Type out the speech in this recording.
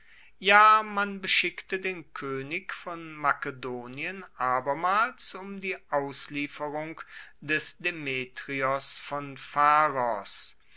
ja man beschickte den koenig von makedonien abermals um die auslieferung des demetrios von pharos